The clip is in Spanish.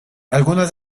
algunas